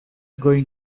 going